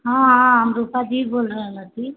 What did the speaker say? हँ हम रूपा जी बोल रहल छी